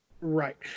Right